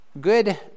good